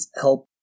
help